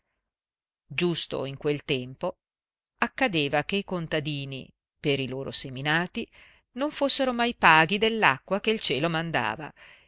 giusto in quel tempo accadeva che i contadini per i loro seminati non fossero mai paghi dell'acqua che il cielo mandava